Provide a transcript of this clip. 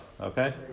okay